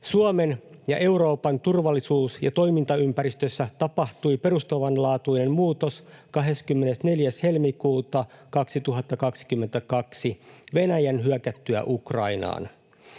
Suomen ja Euroopan turvallisuus- ja toimintaympäristössä tapahtui perustavanlaatuinen muutos 24. helmikuuta 2022 Venäjän hyökättyä Ukrainaan.